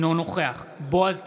אינו נוכח בועז טופורובסקי,